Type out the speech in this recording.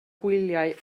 hwyliau